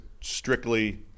strictly